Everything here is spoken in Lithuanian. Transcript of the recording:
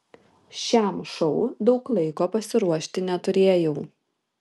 šiam šou daug laiko pasiruošti neturėjau